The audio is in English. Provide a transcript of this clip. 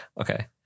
Okay